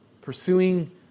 pursuing